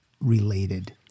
related